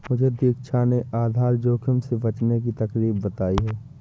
मुझे दीक्षा ने आधार जोखिम से बचने की तरकीब बताई है